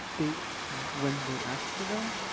they when they ask for them.